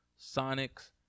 Sonics